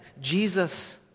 Jesus